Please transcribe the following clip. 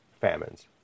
famines